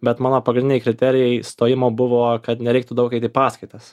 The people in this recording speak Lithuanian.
bet mano pagrindiniai kriterijai stojimo buvo kad nereiktų daug eit į paskaitas